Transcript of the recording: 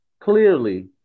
clearly